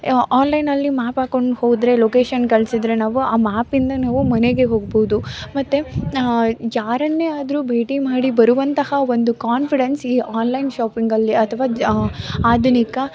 ಆನ್ಲೈನಲ್ಲಿ ಮ್ಯಾಪ್ ಹಾಕ್ಕೊಂಡು ಹೋದರೆ ಲೊಕೇಶನ್ ಕಳಿಸಿದ್ರೆ ನಾವು ಆ ಮ್ಯಾಪಿಂದ ನಾವು ಮನೆಗೆ ಹೋಗ್ಬಹುದು ಮತ್ತು ಯಾರನ್ನೇ ಆದ್ರೂ ಭೇಟಿ ಮಾಡಿ ಬರುವಂತಹ ಒಂದು ಕಾನ್ಫಿಡೆನ್ಸ್ ಈ ಆನ್ಲೈನ್ ಶಾಪಿಂಗಲ್ಲಿ ಅಥವಾ ಜಾ ಆಧುನಿಕ